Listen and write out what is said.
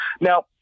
Now